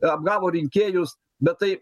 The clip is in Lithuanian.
apgavo rinkėjus bet tai